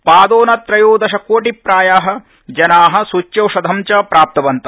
पदोनत्रयोदशकोटि प्राया जना सूच्यौषधं च प्राप्तवन्त